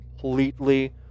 completely